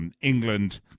England